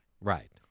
Right